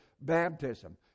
baptism